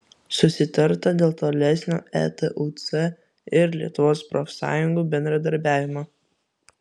susitarta dėl tolesnio etuc ir lietuvos profsąjungų bendradarbiavimo